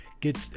get